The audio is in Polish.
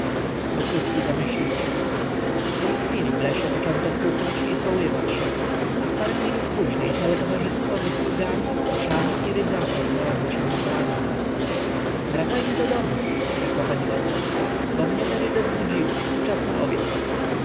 izabela wokulski zamyślił się w tej chwili w lesie poczęto hukać i zwoływać się a w parę minut później całe towarzystwo ze sługami koszami i rydzami znalazło się na polance wracajmy do domu rzekła pani wąsowska bo mnie te rydze znudziły i czas na obiad